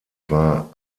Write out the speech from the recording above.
war